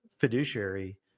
fiduciary